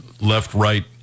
left-right